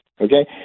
Okay